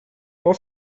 for